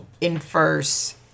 inverse